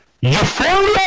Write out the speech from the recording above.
Euphoria